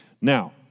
Now